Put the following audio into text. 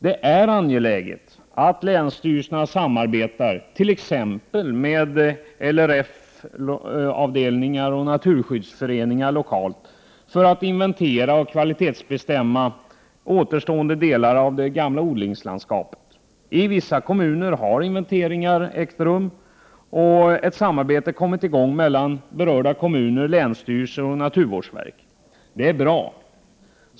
Det är angeläget att länsstyrelserna lokalt samarbetar med t.ex. LRF-avdelningar och naturskyddsföreningar för att inventera och kvalitetsbestämma återstående delar av det gamla odlingslandskapet. I vissa kommuner har inventeringar ägt rum, och det har inletts ett samarbete mellan berörda kommuner, länsstyrelser och naturvårdsverk. Det är bra.